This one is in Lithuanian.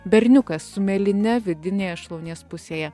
berniukas su mėlyne vidinėje šlaunies pusėje